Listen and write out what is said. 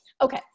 Okay